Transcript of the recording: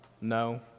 No